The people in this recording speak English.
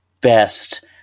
best